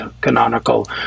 canonical